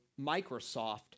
Microsoft